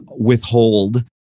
withhold